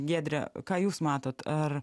giedre ką jūs matote ar